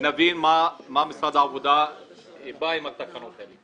שנבין מה משרד העבודה עושה עם התקנות הללו.